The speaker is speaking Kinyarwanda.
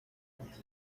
umusingi